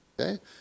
Okay